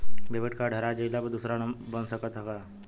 Debit card हेरा जइले पर दूसर बन सकत ह का?